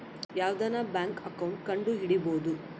ಯಾವ್ದನ bank account ಕಂಡುಹಿಡಿಬೋದು